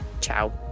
Ciao